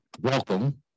welcome